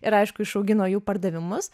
ir aišku išaugino jų pardavimus